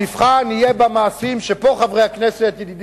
המבחן יהיה במעשים, ופה, חברי הכנסת, ידידי,